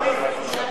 אה, זה רק בכפרים.